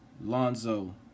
Lonzo